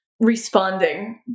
responding